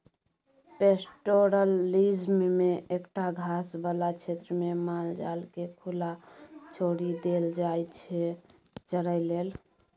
pastoralism मे एकटा घास बला क्षेत्रमे माल जालकेँ खुला छोरि देल जाइ छै चरय लेल